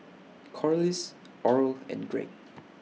Corliss Oral and Greg